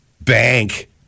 bank